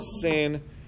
sin